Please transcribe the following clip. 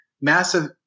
massive